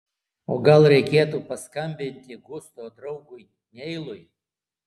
o gal reikėtų paskambinti gusto draugui neilui